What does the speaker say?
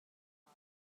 kho